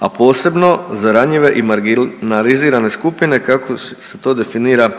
a posebno za ranjive i marginizirane skupine kako se to definira